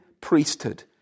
priesthood